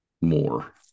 more